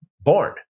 born